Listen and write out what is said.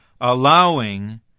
allowing